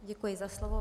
Děkuji za slovo.